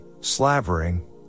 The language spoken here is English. slavering